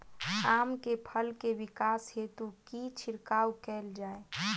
आम केँ फल केँ विकास हेतु की छिड़काव कैल जाए?